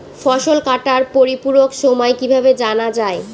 ফসল কাটার পরিপূরক সময় কিভাবে জানা যায়?